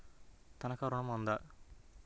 తనఖా ఋణం ఉందా?